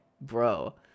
bro